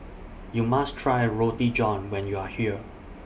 YOU must Try Roti John when YOU Are here